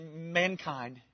mankind